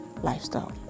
lifestyle